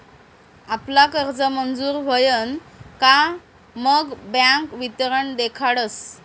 आपला कर्ज मंजूर व्हयन का मग बँक वितरण देखाडस